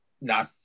no